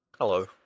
hello